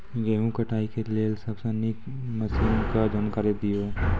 गेहूँ कटाई के लेल सबसे नीक मसीनऽक जानकारी दियो?